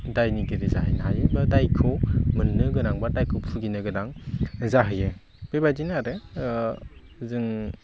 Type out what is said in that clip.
दायनिगिरि जाहैनो हायो बा दायखौ मोननो गोनां बा दायखौ फुगिनो गोनां जाहैयो बेबायदिनो आरो जों